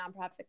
nonprofit